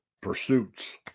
pursuits